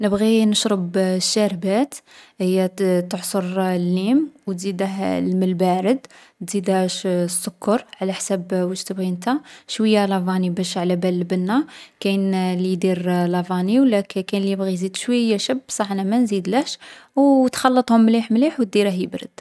نبغي نشرب الشاربات هي تـ تعصر الليم و تزيده الما البارد. تزيده شـ السكر على حساب واش تبغي انت. شوية لافاني باش علابال البنة. كاين لي يدير لافاني و لا كـ كاين لي يبغي يزيد شوية شب بصح أنا ما نزيدلهش و تخلّطهم مليح مليح و ديره يبرد.